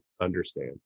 understand